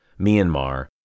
Myanmar